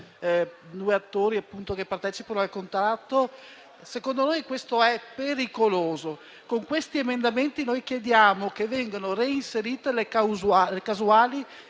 soli attori che partecipano al contratto e secondo noi questo è pericoloso. Con questi emendamenti chiediamo che vengano reinserite le causali